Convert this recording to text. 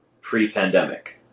pre-pandemic